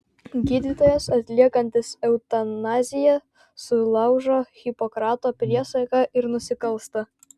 gydytojas atliekantis eutanaziją sulaužo hipokrato priesaiką ir nusikalsta